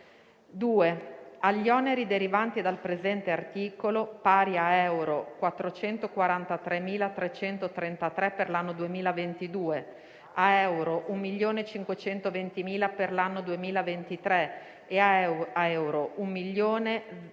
"2. Agli oneri derivanti dal presente articolo, pari a euro 443.333 per l'anno 2022, a euro 1.520.000 per l'anno 2023 e a euro 1.076.667